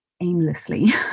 aimlessly